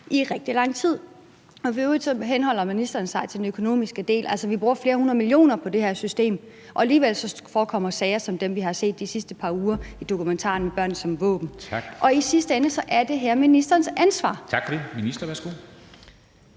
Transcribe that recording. i rigtig lang tid, og for øvrigt henholder ministeren sig til den økonomiske del. Altså, vi bruger flere hundrede millioner på det her system, og alligevel forekommer sager som dem, vi har set de sidste par uger i dokumentaren »Med børnene som våben«. Og i sidste ende er det her ministerens ansvar. Kl. 10:14 Formanden (Henrik